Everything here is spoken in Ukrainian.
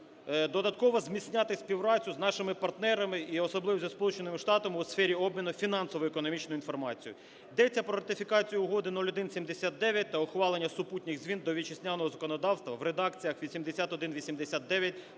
додатково зміцнювати нашу співпрацю з нашими партнерами і особливо зі Сполученими Штатами у сфері обміну фінансово-економічною інформацією. Йдеться про ратифікацію Угоди 0179 та ухвалення супутніх змін до вітчизняного законодавства в редакціях 8189